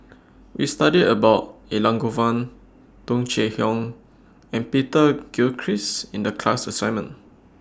We studied about Elangovan Tung Chye Hong and Peter Gilchrist in The class assignment